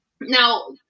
Now